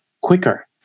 quicker